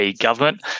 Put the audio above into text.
government